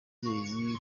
mubyeyi